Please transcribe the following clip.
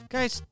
Guys